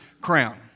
crown